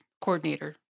coordinator